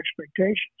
expectations